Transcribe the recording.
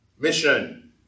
mission